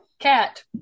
Cat